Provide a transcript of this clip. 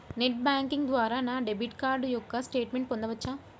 Net banking ద్వారా నా debit card యొక్క స్టేట్మెంట్ పొందవచ్చా?